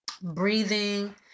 breathing